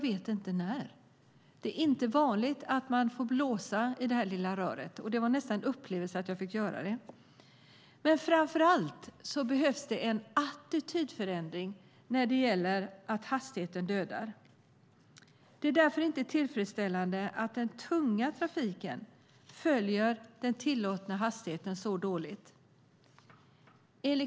Det är inte vanligt att man får blåsa i det lilla röret, och det var nästan en upplevelse att få göra det. Framför allt behövs det en attitydförändring vad gäller att hastigheten dödar. Det är därför inte tillfredsställande att den tunga trafiken håller den tillåtna hastigheten så dåligt.